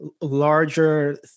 larger